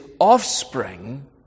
offspring